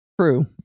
True